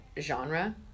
genre